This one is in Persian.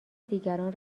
دیگران